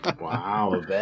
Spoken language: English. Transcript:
Wow